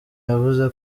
yavuze